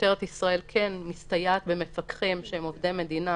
משטרת ישראל כן מסתייעת במפקחים שהם עובדים מדינה,